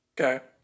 Okay